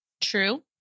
True